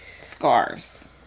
Scars